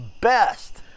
best